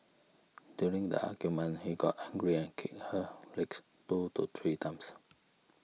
during the argument he got angry and kicked her legs two to three times